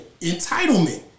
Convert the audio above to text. entitlement